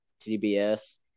CBS